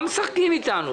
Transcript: מה משחקים איתנו?